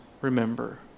remember